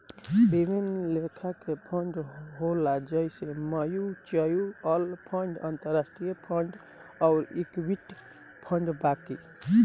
विभिन्न लेखा के फंड होला जइसे म्यूच्यूअल फंड, अंतरास्ट्रीय फंड अउर इक्विटी फंड बाकी